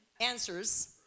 answers